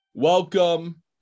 Welcome